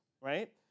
right